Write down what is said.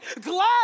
glad